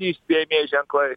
įspėjamieji ženklai